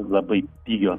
labai pigios